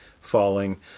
falling